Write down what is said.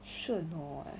sure or not